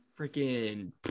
freaking